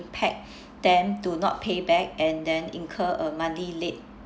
impact them to not pay back and then incur a monthly late